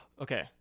okay